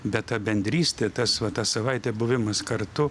bet ta bendrystė tas vat tą savaitę buvimas kartu